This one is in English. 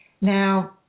Now